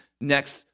next